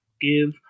Give